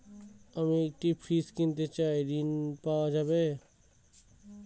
আমি একটি ফ্রিজ কিনতে চাই ঝণ পাওয়া যাবে?